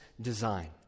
design